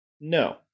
No